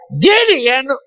Gideon